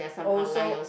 also